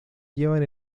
llevan